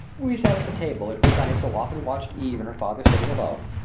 we sat at the table at which i had so often watched eve and her father sitting alone,